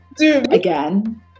again